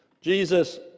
Jesus